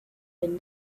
been